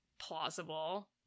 plausible